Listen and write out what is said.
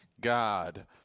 God